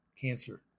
cancer